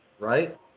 right